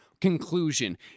conclusion